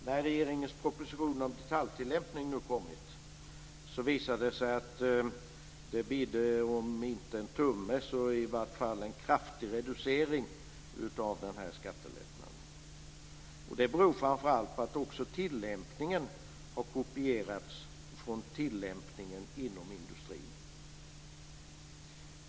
När regeringens proposition om detaljtillämpning nu har kommit visar det sig att det bidde om inte en tumme så i varje fall en kraftig reducering av den här skattelättnaden. Det beror framför allt på att också tillämpningen har kopierats från tillämpningen inom industrin.